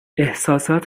احساسات